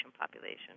population